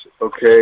Okay